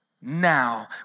now